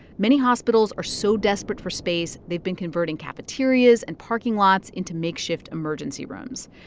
many hospitals are so desperate for space, they've been converting cafeterias and parking lots into makeshift emergency rooms.